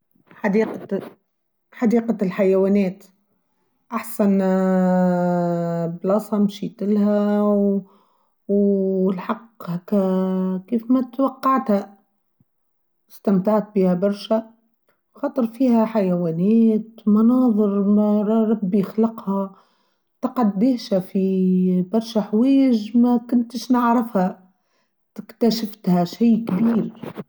حديقة الحيوانات أحسن بلاصة مشلت لها والحق هاكا كيف ما توقعتها استمتعت بها برشا حتى فيها حيوانات مناظر ما ربي خلقها تقدهشة في برش حويج ما كنتش نعرفها اكتشفتها شي كبير.